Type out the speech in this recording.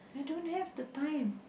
I don't have the time